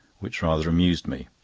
which rather amused me.